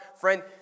friend